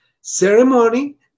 ceremony